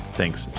thanks